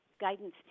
guidance